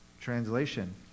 translation